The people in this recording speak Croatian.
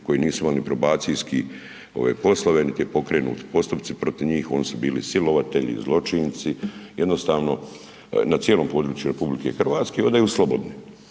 koji nisu imali ni probacijske poslove niti je pokrenuti postupci protiv njih, oni su bili silovatelji, zločinci, jednostavno na cijelom području RH hodaju slobodni.